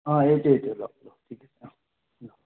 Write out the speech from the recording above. অঁ এইটোৱে এইটোৱে লওক লওক ঠিক আছে লওক